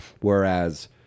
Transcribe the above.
whereas